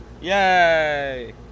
Yay